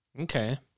Okay